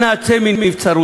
אנא, צא מנבצרותך.